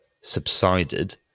subsided